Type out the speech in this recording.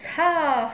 ha